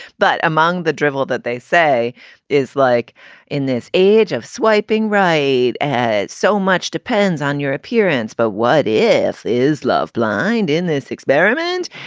but among the drivel that they say is like in this age of swiping, right. and so much depends on your appearance. but what if. is love blind in this experiment?